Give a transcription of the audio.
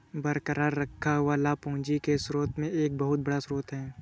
बरकरार रखा हुआ लाभ पूंजी के स्रोत में एक बहुत बड़ा स्रोत है